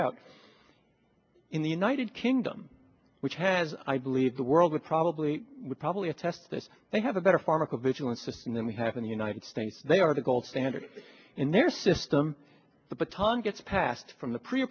out in the united kingdom which has i believe the world with probably would probably attest that they have a better pharmacovigilance system than we have in the united states they are the gold standard in their system the baton gets passed from the pre